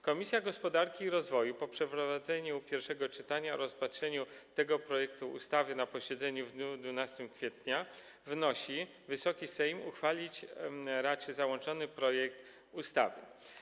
Komisja Gospodarki i Rozwoju, po przeprowadzeniu pierwszego czytania i rozpatrzeniu tego projektu ustawy na posiedzeniu w dniu 12 kwietnia, wnosi, by Wysoki Sejm uchwalić raczył załączony projekt ustawy.